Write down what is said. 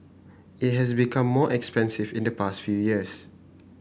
it has become more expensive in the past few years